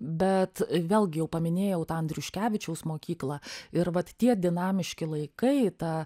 bet vėlgi jau paminėjau tą andriuškevičiaus mokyklą ir vat tie dinamiški laikai ta